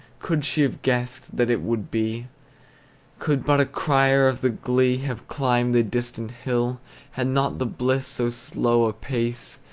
could she have guessed that it would be could but a crier of the glee have climbed the distant hill had not the bliss so slow a pace,